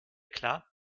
klar